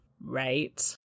Right